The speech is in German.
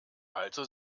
also